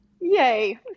Yay